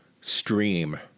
stream